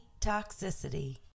toxicity